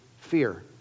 fear